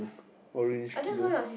orange blue